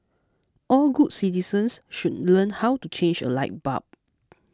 all good citizens should learn how to change a light bulb